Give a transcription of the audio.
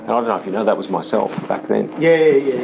know and if you know, that was myself back then. yeah,